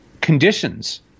conditions